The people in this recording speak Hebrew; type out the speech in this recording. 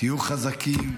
תהיו חזקים,